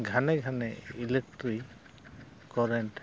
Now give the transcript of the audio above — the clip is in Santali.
ᱜᱷᱟᱱᱮ ᱜᱷᱟᱱᱮ ᱤᱞᱮᱠᱴᱨᱤᱠ ᱠᱟᱨᱮᱱᱴ